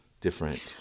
different